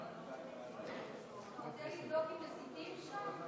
אתה רוצה לבדוק אם מסיתים שם?